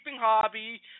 hobby